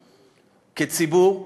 כציבור,